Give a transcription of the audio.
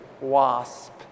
wasp